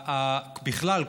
בכלל,